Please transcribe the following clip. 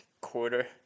quarter